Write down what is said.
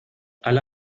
alle